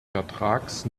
vertrags